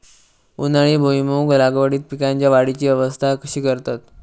उन्हाळी भुईमूग लागवडीत पीकांच्या वाढीची अवस्था कशी करतत?